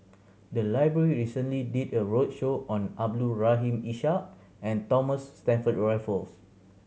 the library recently did a roadshow on Abdul Rahim Ishak and Thomas Stamford Raffles